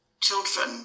children